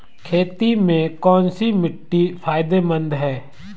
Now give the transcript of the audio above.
खेती में कौनसी मिट्टी फायदेमंद है?